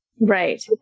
Right